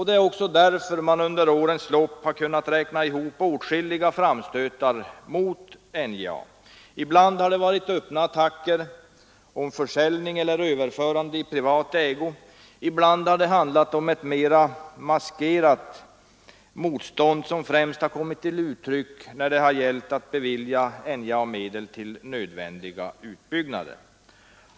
Det är också därför man under årens lopp har kunnat räkna ihop åtskilliga framstötar mot NJA. Ibland har det varit öppna attacker med krav på försäljning eller överförande i privat ägo, ibland har det handlat om ett mera maskerat motstånd som främst har kommit till uttryck när det gällt att bevilja NJA medel till nödvändiga utbyggnader.